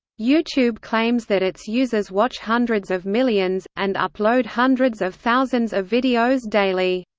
youtube claims that its users watch hundreds of millions, and upload hundreds of thousands of videos daily.